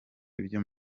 ibyo